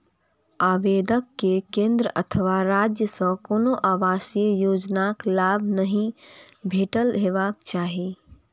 आवेदक कें केंद्र अथवा राज्य सं कोनो आवासीय योजनाक लाभ नहि भेटल हेबाक चाही